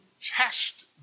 test